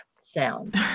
sound